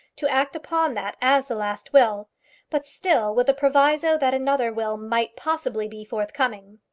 to act upon that as the last will but still with a proviso that another will might possibly be forthcoming.